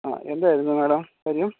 ആ എന്തായിരുന്നു മേഡം കാര്യം